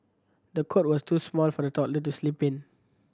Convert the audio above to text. the cot was too small for the toddler to sleep in